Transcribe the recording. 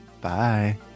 Bye